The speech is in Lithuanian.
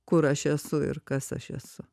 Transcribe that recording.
kur aš esu ir kas aš esu